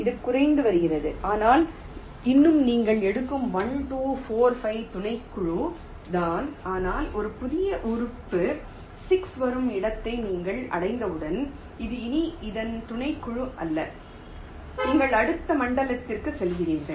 இது குறைந்து வருகிறது ஆனால் இன்னும் நீங்கள் எடுக்கும் 1 2 4 5 துணைக்குழு தான் ஆனால் ஒரு புதிய உறுப்பு 6 வரும் இடத்தை நீங்கள் அடைந்தவுடன் இது இனி இதன் துணைக்குழு அல்ல நீங்கள் அடுத்த மண்டலத்திற்கு செல்கிறீர்கள்